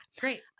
Great